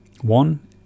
one